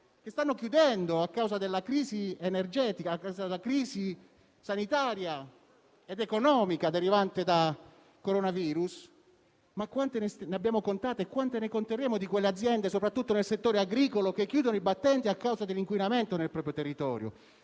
che stanno chiudendo a causa della crisi energetica, sanitaria ed economica derivante da Coronavirus, ma quante ne abbiamo contate e ne conteremo, soprattutto nel settore agricolo, che chiudono i battenti a causa dell'inquinamento nel proprio territorio?